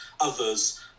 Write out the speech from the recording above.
others